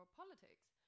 politics